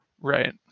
right